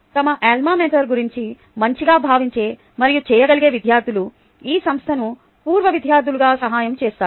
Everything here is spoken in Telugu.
తమ అల్మా మేటర్ గురించి మంచిగా భావించే మరియు చేయగలిగే విద్యార్థులు ఈ సంస్థను పూర్వ విద్యార్ధులుగా సహాయం చేస్తారు